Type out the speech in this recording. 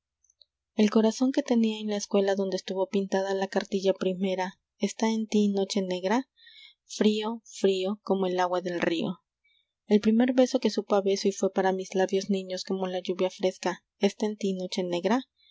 corazón e que tenía en la escuela donde estuvo pintada la cartilla primera está en ti noche negra frío frío como el agua del río el primer beso que supo a beso y fué para mis labios niños como la lluvia fresca está en ti noche negra